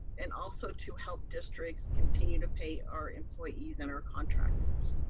and also to help districts continue to pay our employees and our contractors.